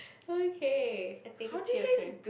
okay I think a theatre